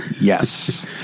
yes